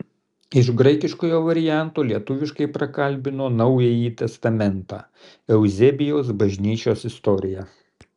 iš graikiškojo varianto lietuviškai prakalbino naująjį testamentą euzebijaus bažnyčios istoriją